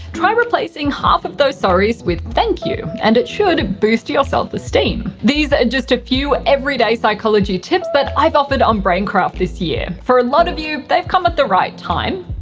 try replacing half of those sorry's with thank you and it should boost your self-esteem. these are just a few everyday psychology tips that but i've offered on braincraft this year. for a lot of you they've come at the right time,